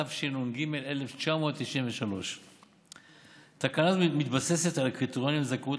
התשנ"ג 1993. תקנה זו מתבססת על קריטריונים לזכאות